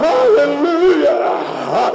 Hallelujah